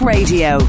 Radio